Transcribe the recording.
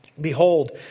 behold